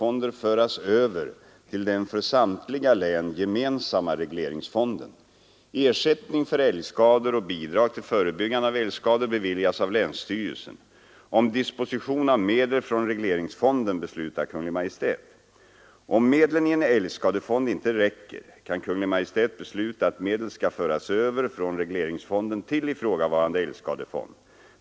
Om medlen i en älgskadefond inte räcker, kan Kungl. Maj:t besluta att medel skall föras över från regleringsfonden till ifrågavarande älgskadefond.